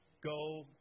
Go